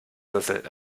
sessel